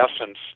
essence